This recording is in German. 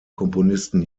komponisten